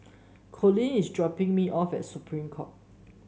Colin is dropping me off at Supreme Court